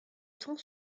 tons